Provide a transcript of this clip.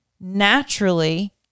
naturally